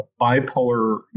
bipolar